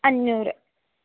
അഞ്ഞൂറ്